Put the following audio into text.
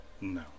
No